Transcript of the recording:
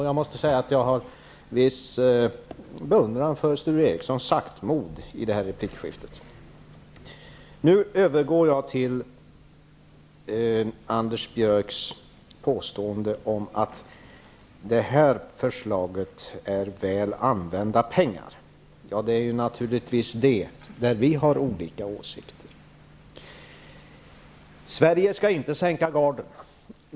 Jag måste säga att jag hyser en viss beundran för Sture Ericsons saktmod i replikskiftet. Nu övergår jag till att kommentera Anders Björcks påstående om att det här förslaget innebär väl använda pengar. På den punkten har vi naturligtvis olika åsikter. Man säger att Sverige inte skall sänka garden.